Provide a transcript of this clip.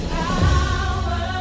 power